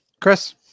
Chris